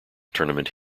tournament